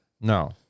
No